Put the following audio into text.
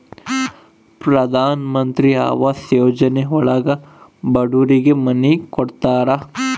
ಪ್ರಧನಮಂತ್ರಿ ಆವಾಸ್ ಯೋಜನೆ ಒಳಗ ಬಡೂರಿಗೆ ಮನೆ ಕೊಡ್ತಾರ